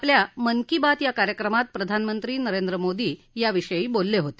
आपल्या मन की बात या कार्यक्रमात प्रधानमंत्री नरेंद्र मोदी याविषयी बोलले होते